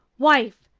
wife,